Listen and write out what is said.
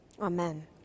Amen